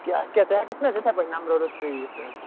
کیٛاہ کیٛاہ ژٕ ہٮ۪کَکھ نا یِتھٕے پٲٹھۍ نمبَرٕ روٚستٕے یِتھ حظ